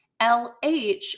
LH